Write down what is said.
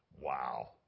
Wow